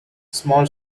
small